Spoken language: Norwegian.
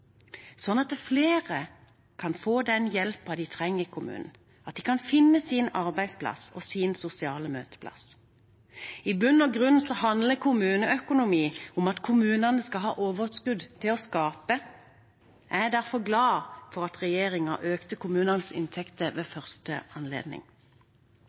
sånn at flere kan få den hjelpen de trenger i kommunen, at de kan finne sin arbeidsplass og sin sosiale møteplass. I bunn og grunn handler kommuneøkonomi om at kommunene skal ha overskudd til å skape. Jeg er derfor glad for at regjeringen økte kommunenes inntekter ved